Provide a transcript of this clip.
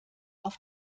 auf